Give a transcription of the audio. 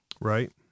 Right